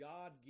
God